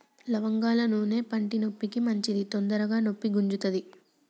లవంగాల నూనె పంటి నొప్పికి మంచిది తొందరగ నొప్పి గుంజుతది